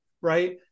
right